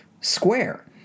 square